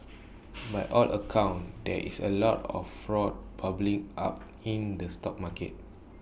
by all accounts there is A lot of frog public up in the stock market